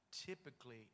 typically